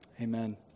amen